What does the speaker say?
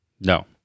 No